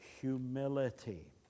humility